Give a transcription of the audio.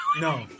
No